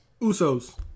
Uso's